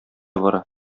бара